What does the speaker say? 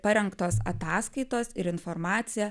parengtos ataskaitos ir informacija